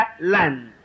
land